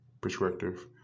perspective